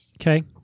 okay